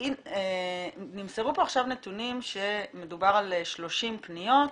נמסרו פה עכשיו נתונים שמדובר על שלושים פניות,